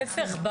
לא, ההפך.